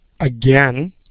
Again